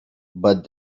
but